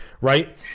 right